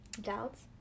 doubts